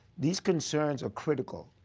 these concerns are critical.